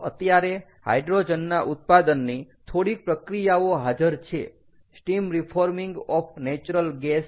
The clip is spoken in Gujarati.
તો અત્યારે હાઈડ્રોજનના ઉત્પાદનની થોડીક પ્રક્રિયાઓ હાજર છે steam reforming of natural gas